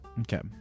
Okay